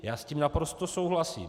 Já s tím naprosto souhlasím.